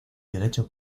derecho